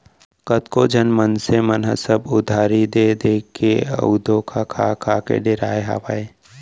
कतको झन मनसे मन ह सब उधारी देय देय के अउ धोखा खा खा डेराय हावय